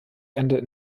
ende